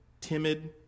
timid